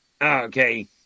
Okay